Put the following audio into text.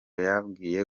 yambwiye